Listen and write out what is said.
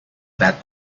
that